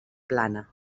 plana